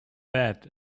bad